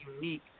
unique